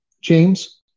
James